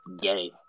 gay